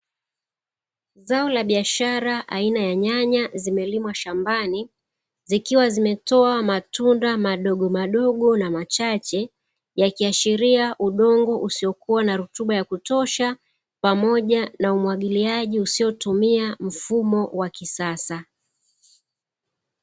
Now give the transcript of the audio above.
Zaola biashara aiana ya nyanya zimelimwa shambani zikiwa zimetoa matunda madogomadogo na machache yakiashiria udongo usiokua na rutuba ya kutosha pamoja na umwagiliaji usiotumia mfumo wa kisasa.